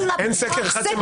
אין סקר אחד שמראה שהציבור חכם?